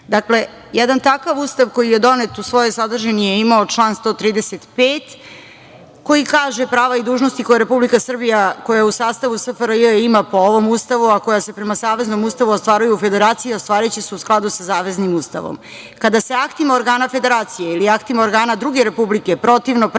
jedan takav Ustav koji je donet u svojoj sadržini je imao član 135. koji kaže: „Prava i dužnosti koje Republika Srbija, koja je u sastavu SFRJ, ima po ovom Ustavu, a koja se prema Saveznom Ustavu ostvaruju u Federaciji, ostvariće se u skladu sa Saveznim Ustavom. Kada se aktima organa Federacije ili aktima organa druge Republike, protivno pravim